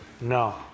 No